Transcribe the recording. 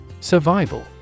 Survival